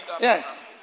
Yes